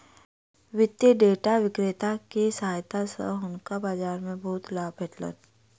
वित्तीय डेटा विक्रेता के सहायता सॅ हुनका बाजार मे बहुत लाभ भेटलैन